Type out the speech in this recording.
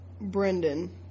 Brendan